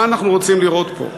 מה אנחנו רוצים לראות פה?